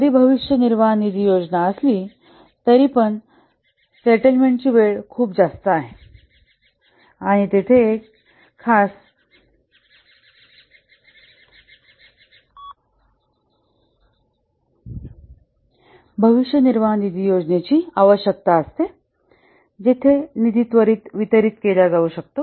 जरी भविष्य निर्वाह निधी योजना असली तरी पण सेटलमेंटची वेळ खूप जास्त आहे आणि तेथे एक खास भविष्य निर्वाह निधी योजनेची आवश्यकता असते जेथे निधी त्वरित वितरीत केला जाऊ शकतो